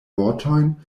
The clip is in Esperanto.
vortojn